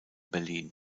berlin